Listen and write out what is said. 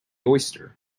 oyster